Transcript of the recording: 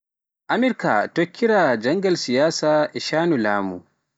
Amirk e tokkira njangal siyaasa e shaani laamu.